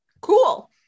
cool